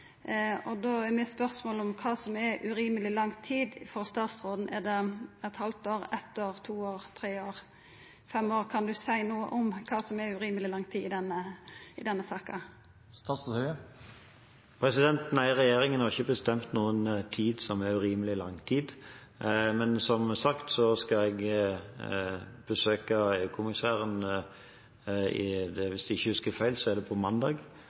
tid. Då er mitt spørsmål: Kva er urimeleg lang tid for statsråden? Er det eit halvt år? Er det eitt år, to år, tre år, fem år? Kan statsråden seia noko om kva som er urimeleg lang tid i denne saka? Nei, regjeringen har ikke bestemt hva som er urimelig lang tid. Men som sagt, jeg skal besøke EU-kommissæren – hvis jeg ikke husker feil – på